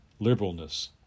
liberalness